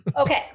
Okay